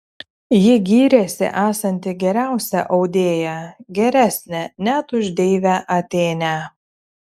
ji gyrėsi esanti geriausia audėja geresnė net už deivę atėnę